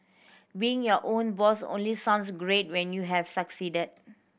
being your own boss only sounds great when you have succeeded